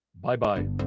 bye-bye